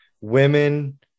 women